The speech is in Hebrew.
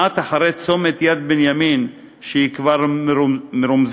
מעט אחרי צומת יד-בנימין, שהוא כבר מרומזר,